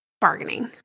bargaining